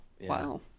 Wow